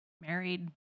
married